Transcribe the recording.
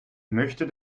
möchte